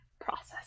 process